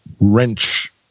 wrench